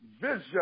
Vision